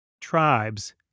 Tribes